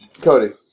Cody